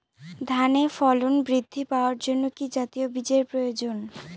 ধানে ফলন বৃদ্ধি পাওয়ার জন্য কি জাতীয় বীজের প্রয়োজন?